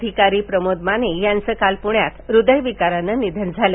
अधिकारी प्रमोद माने यांचं काल प्ण्यात हृदयविकाराने निधन झाले